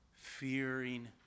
Fearing